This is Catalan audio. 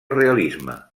realisme